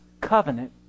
covenant